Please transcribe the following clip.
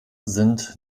sind